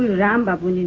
ram babu,